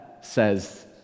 says